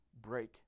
break